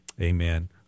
Amen